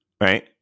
Right